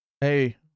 Hey